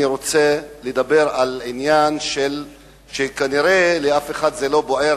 אני רוצה לדבר על עניין שכנראה לאף אחד זה לא בוער,